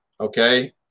Okay